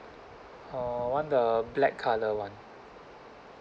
uh want the black colour [one]